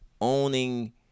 owning